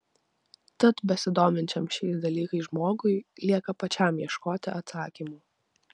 tad besidominčiam šiais dalykais žmogui lieka pačiam ieškoti atsakymų